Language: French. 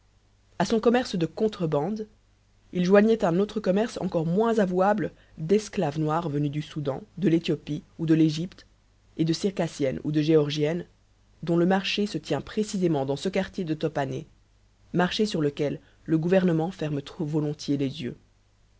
a son commerce de contrebande il joignait un autre commerce encore moins avouable d'esclaves noirs venus du soudan de l'éthiopie ou de l'égypte et de circassiennes ou de géorgiennes dont le marché se tient précisément dans ce quartier de top hané marché sur lequel le gouvernement ferme trop volontiers les yeux